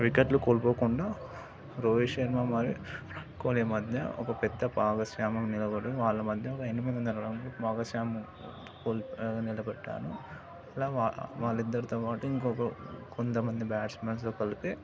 వికెట్లు కోల్పోకుండా రోహిత్ శర్మ మరి కోహ్లీ మధ్య ఒక పెద్ద భాగస్వామ్యం నిలబడి వాళ్ళ మధ్య ఒక ఎనిమిది వందల రన్నులు భాగస్వామ్యం కోల్ నిలబెట్టాను ఇలా వాళ్ళిద్దరితో పాటు ఇంకొక కొంత మంది బ్యాట్స్మెన్స్తో కలిపి